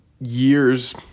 years